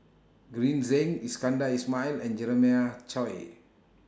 Green Zeng Iskandar Ismail and Jeremiah Choy